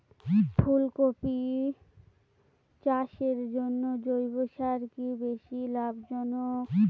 ফুলকপি চাষের জন্য জৈব সার কি বেশী লাভজনক?